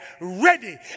ready